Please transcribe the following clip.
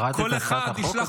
קראת את הצעת החוק,